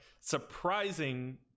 surprising